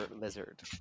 lizard